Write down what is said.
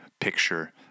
picture